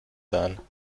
sein